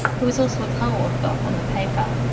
who is also a co-author on the paper.